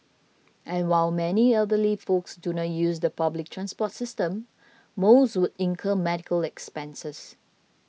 and while many elderly folks do not use the public transport system most would incur medical expenses